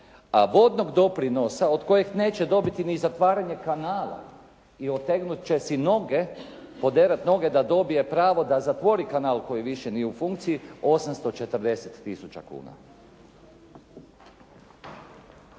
a vodnog doprinosa od kojeg neće dobiti ni zatvaranje kanala i otegnut će si noge, poderat noge da dobije pravo da zatvori kanal koji više nije u funkciji 840000 kuna.